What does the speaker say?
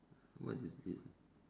what is this ah